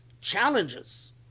challenges